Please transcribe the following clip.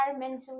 environmentally